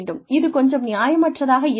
இது கொஞ்சம் நியாயமற்றதாக இருக்கலாம்